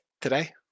today